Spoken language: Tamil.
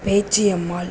பேச்சியம்மாள்